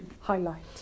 highlight